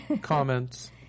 comments